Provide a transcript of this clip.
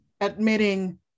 admitting